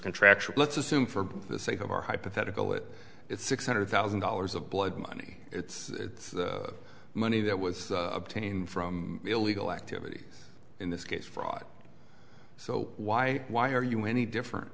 contractual let's assume for the sake of our hypothetical it it's six hundred thousand dollars of blood money it's money that was obtained from illegal activity in this case fraud so why why are you any different